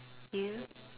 you